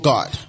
God